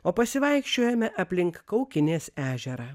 o pasivaikščiojome aplink kaukinės ežerą